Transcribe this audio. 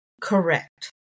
correct